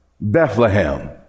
Bethlehem